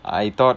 I thought